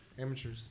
amateurs